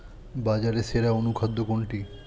বাজারে সেরা অনুখাদ্য কোনটি?